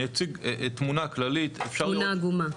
אני אציג תמונה כללית תמונה עגומה.